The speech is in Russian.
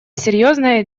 серьезное